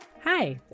Hi